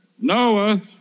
Noah